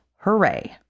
Hooray